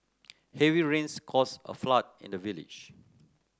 heavy rains cause a flood in the village